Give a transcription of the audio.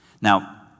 Now